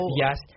Yes